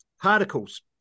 Particles